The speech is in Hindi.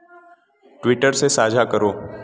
ट्विटर से साझा करो